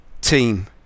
team